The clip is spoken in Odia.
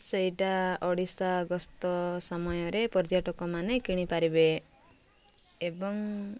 ସେଇଟା ଓଡ଼ିଶାଗସ୍ତ ସମୟରେ ପର୍ଯ୍ୟଟକମାନେ କିଣିପାରିବେ ଏବଂ